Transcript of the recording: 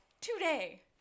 today